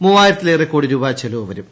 മൂവായിരത്തിലേറെ കോടി രൂപ ചെലവ് വരും